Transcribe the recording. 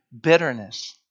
bitterness